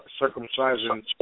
circumcising